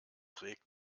regt